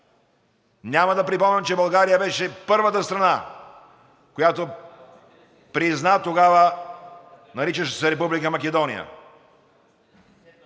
Няма да припомням, че България беше първата страна, която призна тогава – наричаше се Република Македония.